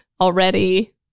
...already